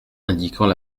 indiquant